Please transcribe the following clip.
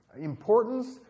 importance